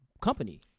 company